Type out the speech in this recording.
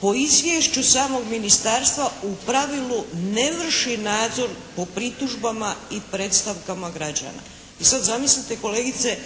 po izvješću samog ministarstva u pravilu ne vrši nadzor po pritužbama i predstavakama građana.". I sad zamislite kolegice,